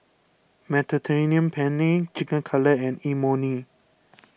Mediterranean Penne Chicken Cutlet and Imoni